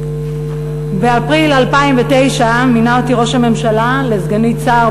באפריל 2009 מינה אותי ראש הממשלה לסגנית שר